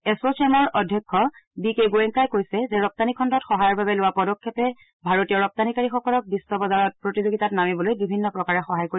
এছোছেমৰ অধ্যক্ষ B K গোৱেংকাই কৈছে যে ৰপ্তানি খণ্ডত সহায়ৰ বাবে লোৱা পদক্ষেপে ভাৰতীয় ৰপ্তানিকাৰীসকলক বিশ্ব বজাৰত প্ৰতিযোগিতাত নামিবলৈ বিভিন্ন প্ৰকাৰে সহায় কৰিব